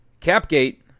Capgate